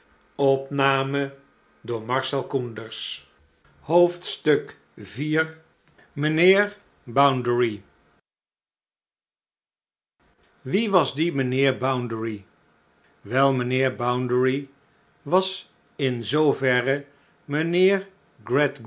bounderby wie was die mijnheer bounderby wel mijnheer bounderby was in zooverre mijnheer